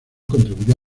contribuyó